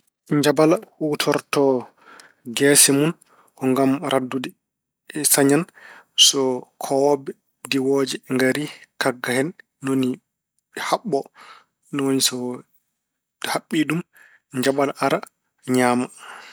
Njabala huutorto geese mun ko ngam raddude. Sañan, so koowobbe diwooje ngari, kagga hen. Ni woni haɓɓo. Ni woni so haɓɓii ɗum, njabala ara ñaama.